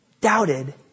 doubted